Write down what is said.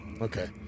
Okay